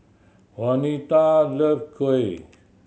Wanita love kuih